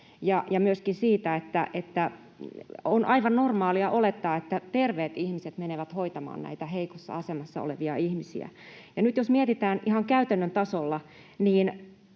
ja myöskin siitä, että on aivan normaalia olettaa, että terveet ihmiset menevät hoitamaan näitä heikossa asemassa olevia ihmisiä. Nyt jos mietitään ihan käytännön tasolla,